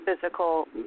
physical